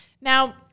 Now